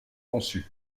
conçus